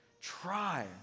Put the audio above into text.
try